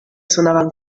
sonaven